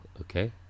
okay